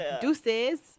deuces